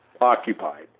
occupied